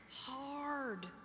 hard